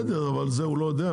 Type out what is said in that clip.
בסדר, אבל זה הוא לא יודע?